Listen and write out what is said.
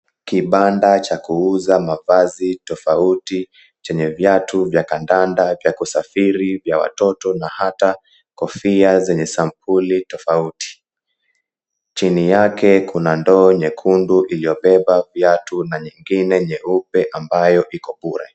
Kibanda cha kuuza mavazi tofauti chenye viatu vya kandanda vya kusafiri vya watoto na hata kofia zenye sampuli tofauti. Chini yake, kuna ndoo nyekundu iliyobeba viatu na nyingine nyeupe ambayo iko bure.